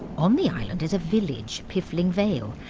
on the island is a village piffling vale.